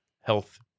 health